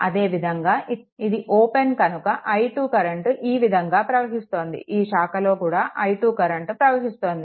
అదే విధంగా ఇది ఓపెన్ కనుక i2 కరెంట్ ఈ విధంగా ప్రవహిస్తోంది ఈ శాఖలో కూడా i2 కరెంట్ ప్రవహిస్తోంది